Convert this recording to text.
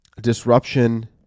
disruption